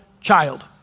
child